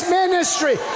ministry